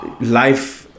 life